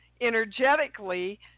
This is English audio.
energetically